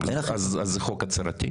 זה חוק הצהרתי?